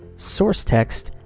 source text,